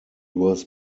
was